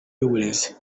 y’uburezi